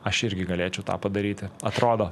aš irgi galėčiau tą padaryti atrodo